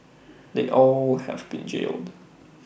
they all have been jailed